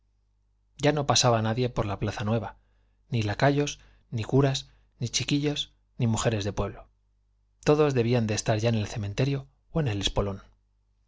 ya no pasaba nadie por la plaza nueva ni lacayos ni curas ni chiquillos ni mujeres de pueblo todos debían de estar ya en el cementerio o en el espolón